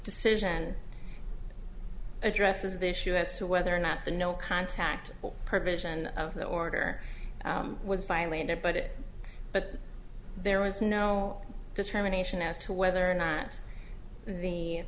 decision addresses the issue as to whether or not the no contact provision of the order was violated but it but there was no determination as to whether or not the